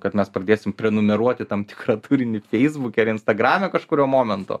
kad mes pradėsim prenumeruoti tam tikrą turinį feisbuke ar instagrame kažkuriuo momentu